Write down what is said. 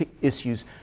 issues